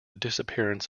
disappearance